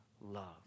love